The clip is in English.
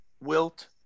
Wilt